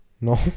No